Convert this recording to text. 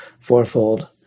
fourfold